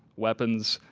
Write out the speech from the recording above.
weapons,